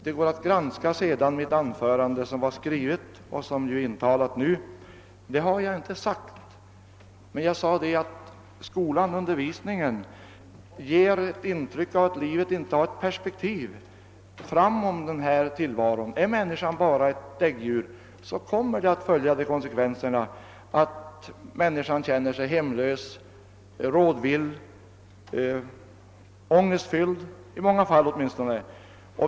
Det går an att granska mitt anförande, som var skrivet och som nu är intalat. Detta har jag inte sagt, men jag har sagt att skolundervisningen ger ett intryck av att livet inte har ett perspektiv framom den här tillvaron. Anser man att människan bara är ett däggdjur, kommer det att få den konsekvensen, att åtminstone många människor känner sig hemlösa, rådvilla och ångestfyllda.